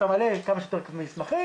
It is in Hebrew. אתה מעלה כמה שיותר מסמכים,